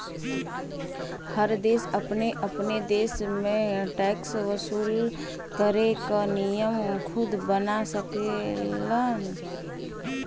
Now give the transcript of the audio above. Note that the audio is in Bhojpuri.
हर देश अपने अपने देश में टैक्स वसूल करे क नियम खुद बना सकेलन